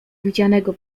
widzianego